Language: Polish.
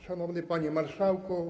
Szanowny Panie Marszałku!